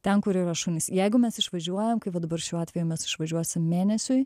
ten kur yra šunys jeigu mes išvažiuojam kaip va dabar šiuo atveju mes išvažiuosim mėnesiui